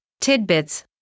tidbits